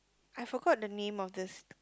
I forgot the name of this